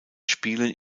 spielen